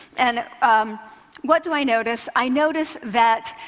and what do i notice? i notice that